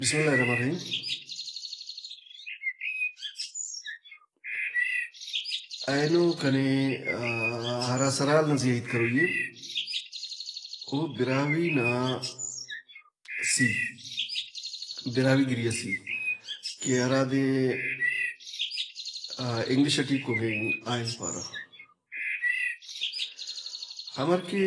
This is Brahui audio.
بسمِ اللہِ الرحمانِ رحیم۔ اینو کنے آ-ا- ہرا سرحال نا زی آ ہیت کروئی اے۔ او براہوئی نا سِی، براہوئی گِریئا سِی کہ ہرادے انگلش ئٹی کوکنگ آئل پارہ۔ ہمر کہ